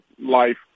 life